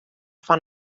fan